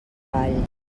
vall